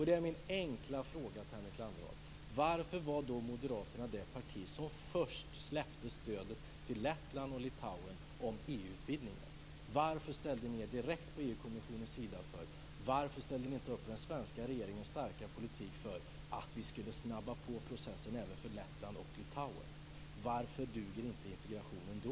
Då vill jag bara fråga: Varför var Moderaterna det parti som först släppte stödet till Lettland och Litauen när det gäller EU-utvidgningen? Varför ställde ni er direkt på EU kommissionens sida? Varför ställde ni inte upp på den svenska regeringens starka politik för att snabba på processen även för Lettland och Litauen? Varför duger inte integrationen då?